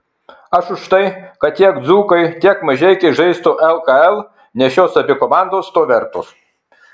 aš už tai kad tiek dzūkai tiek mažeikiai žaistų lkl nes šios abi komandos to vertos